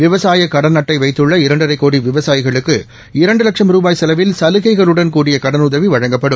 விவசாயகடன் அட்டைவைத்துள்ள இரண்டரைகோடிவிவசாயிகளுக்கு இரண்டுவட்சம் ரூபாய் செலவில் சலுகைகளுடன் கூடிய கடனுதவிவழங்கப்படும்